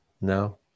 no